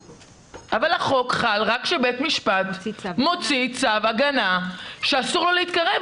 החוק חל רק כשבית משפט מוציא צו הגנה שאסור לו להתקרב.